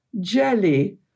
jelly